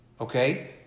okay